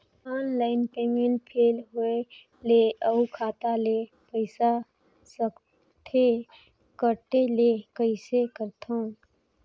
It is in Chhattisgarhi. ऑनलाइन पेमेंट फेल होय ले अउ खाता ले पईसा सकथे कटे ले कइसे करथव?